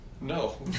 No